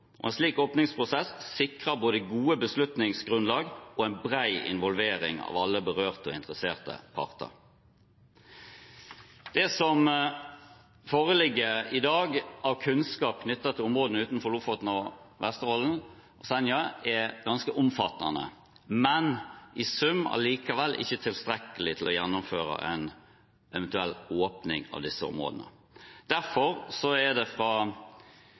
petroleumsloven. En slik åpningsprosess sikrer både gode beslutningsgrunnlag og en bred involvering av alle berørte og interesserte parter. Det som i dag foreligger av kunnskap knyttet til områdene utenfor Lofoten, Vesterålen og Senja, er ganske omfattende, men i sum allikevel ikke tilstrekkelig til å gjennomføre en eventuell åpning av disse områdene. Derfor er det fra